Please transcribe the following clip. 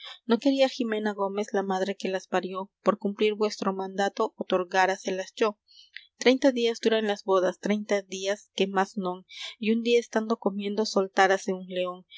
no quería jimena gómez la madre que las parió por cumplir vuestro mandato otorgáraselas yo treinta días duran las bodas treinta días que más non y un día estando comiendo soltárase un león